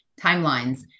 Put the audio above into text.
timelines